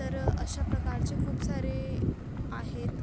तर अशा प्रकारचे खूप सारे आहेत